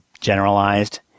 generalized